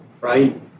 right